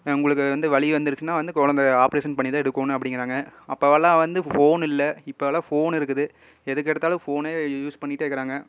உங்களுக்கு வந்து வலி வந்துடுச்சினா வந்து கொழந்தை ஆப்ரேசன் பண்ணிதான் எடுக்கணும் அப்படிங்கிறாங்க அப்பல்லாம் வந்து ஃபோன் இல்லை இப்போல்லாம் ஃபோன் இருக்குது எதுக்கெடுத்தாலும் ஃபோனே யூஸ் பண்ணிட்டே இருக்குறாங்க